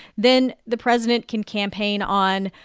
then the president can campaign on,